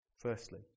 Firstly